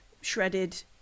shredded